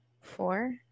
four